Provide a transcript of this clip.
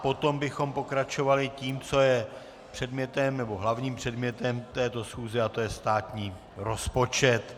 Potom bychom pokračovali tím, co je předmětem, nebo hlavním předmětem této schůze, a to je státní rozpočet.